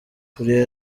kuri